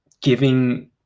giving